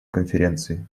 конференции